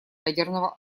ядерного